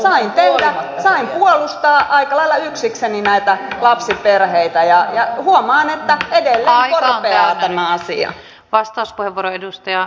sain puolustaa aika lailla yksikseni näitä lapsiperheitä ja huomaan että edelleen korpeaa tämä asia